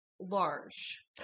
large